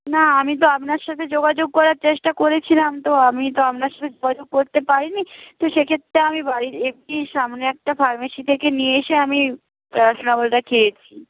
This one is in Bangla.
না আমি তো আপনার সাথে যোগাযোগ করার চেষ্টা করেছিলাম তো আমি তো আপনার সাথে যোগাযোগ করতে পারিনি তো সেক্ষেত্রে আমি বাড়ির একটি সামনে একটা ফার্মেসি থেকে নিয়ে এসে আমি প্যারাসিটামলটা খেয়েছি